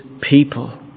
people